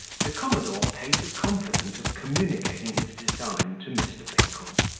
the commodore paid the compliment of communicating his design to mr. pickle,